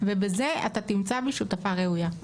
ובזה אתה תמצא בי שותפה ראויה,